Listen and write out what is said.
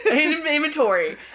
Inventory